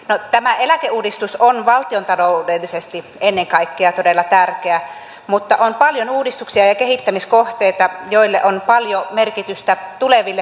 no tämä eläkeuudistus on valtiontaloudellisesti ennen kaikkea todella tärkeä mutta on paljon uudistuksia ja kehittämiskohteita joilla on paljon merkitystä tuleville työurille